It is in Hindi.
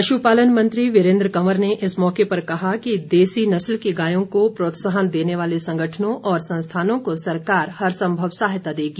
पश्पालन मंत्री वीरेंद्र कंवर ने इस मौके पर कहा कि देसी नस्ल की गायों को प्रोत्साहन देने वाले संगठनों और संस्थानों को सरकार हर संभव सहायता देगी